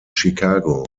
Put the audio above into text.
chicago